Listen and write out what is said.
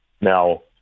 Now